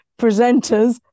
presenters